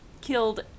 killed